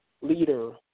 leader